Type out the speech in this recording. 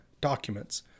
documents